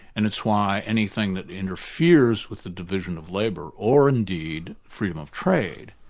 and it's why anything that interferes with the division of labour, or indeed freedom of trade,